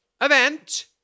event